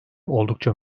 oldukça